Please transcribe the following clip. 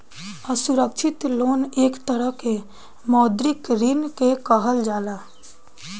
असुरक्षित लोन एक तरह के मौद्रिक ऋण के कहल जाला